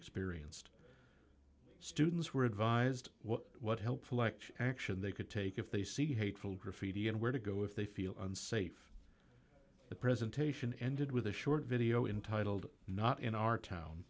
experienced students were advised what helpful action action they could take if they see hateful graffiti and where to go if they feel unsafe the presentation ended with a short video in titled not in our town